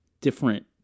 different